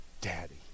Daddy